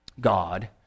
God